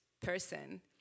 person